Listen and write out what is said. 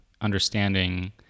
understanding